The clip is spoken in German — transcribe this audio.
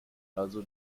also